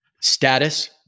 status